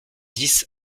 dix